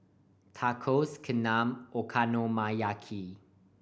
Tacos Kheema Okonomiyaki